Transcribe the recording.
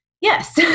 Yes